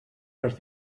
les